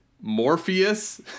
Morpheus